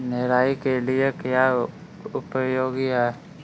निराई के लिए क्या उपयोगी है?